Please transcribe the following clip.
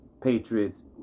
Patriots